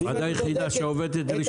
הוועדה היחידה שעובדת גם בראשון ובחמישי.